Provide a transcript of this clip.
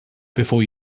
before